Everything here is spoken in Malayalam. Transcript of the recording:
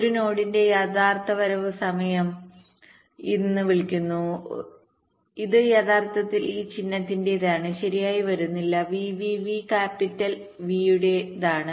ഒരു നോഡിന്റെ യഥാർത്ഥ വരവ് സമയം ഇത് യഥാർത്ഥത്തിൽ ഈ ചിഹ്നത്തിന്റേതാണ് ശരിയായി വരുന്നില്ല v v ക്യാപിറ്റൽ V യുടെതാണ്